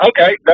okay